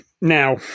Now